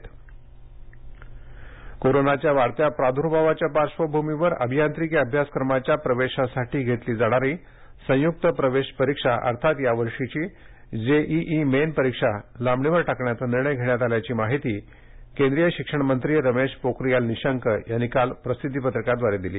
JEE कोरोनाच्या वाढत्या प्रादूर्भावाच्या पार्श्र्वभ्रमीवर अभियांत्रिकी अभ्यासक्रमाच्या प्रवेशासाठी घेतली जाणारी संयुक्त प्रवेश परीक्षा अर्थात यावर्षीची जेईई मेन परीक्षा लांबणीवर टाकण्याचा निर्णय घेण्यात आल्याची माहिती शिक्षण मंत्री रमेश पोखरियाल निशंक यांनी काल प्रसिद्धी पत्रकाद्वारे दिली